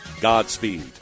Godspeed